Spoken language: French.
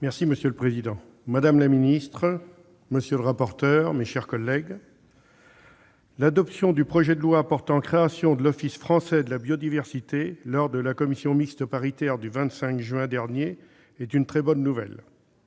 Prince. Monsieur le président, madame la secrétaire d'État, mes chers collègues, l'adoption du projet de loi portant création de l'Office français de la biodiversité par la commission mixte paritaire du 25 juin dernier est une très bonne nouvelle.